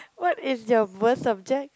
what is your worst subject